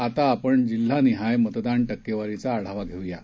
आता आपण जिल्हानिहाय मतदान टक्केवारीचा आढावा घेऊयात